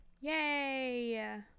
Yay